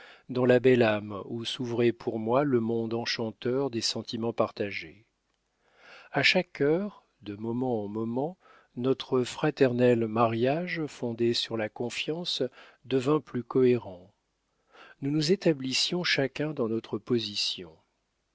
dans la belle âme où s'ouvrait pour moi le monde enchanteur des sentiments partagés a chaque heure de moment en moment notre fraternel mariage fondé sur la confiance devint plus cohérent nous nous établissions chacun dans notre position